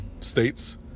states